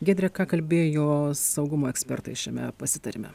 giedre ką kalbėjo saugumo ekspertai šiame pasitarime